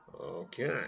okay